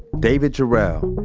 david jarrell,